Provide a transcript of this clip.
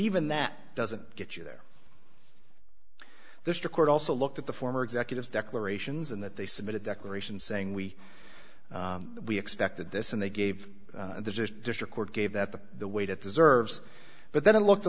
even that doesn't get you there there's a court also looked at the former executives declarations and that they submit a declaration saying we we expected this and they gave the district court gave that the weight of deserves but then it looked a